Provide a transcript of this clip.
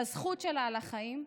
לזכות שלה על החיים,